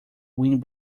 wind